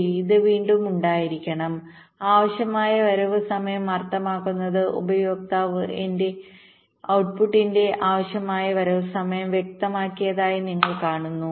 ശരി ഇത് വീണ്ടും ഉണ്ടായിരിക്കണം ആവശ്യമായ വരവ് സമയം അർത്ഥമാക്കുന്നത് ഉപയോക്താവ് എന്റെ ഔട്ട്പുട്ടിന്റെ ആവശ്യമായ വരവ് സമയം വ്യക്തമാക്കിയതായി നിങ്ങൾ കാണുന്നു